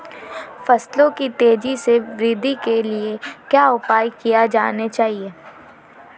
फसलों की तेज़ी से वृद्धि के लिए क्या उपाय किए जाने चाहिए?